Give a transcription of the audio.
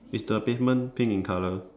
is the pavement pink in colour